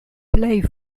plej